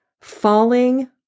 falling